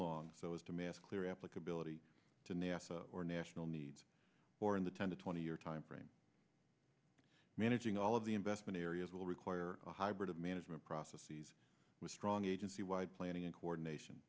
long so as to mass clear applicability to nasa or national needs or in the ten to twenty year time frame managing all of the investment areas will require a hybrid of management processes with strong agency wide planning and coordination